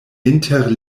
inter